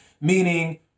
meaning